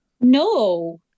No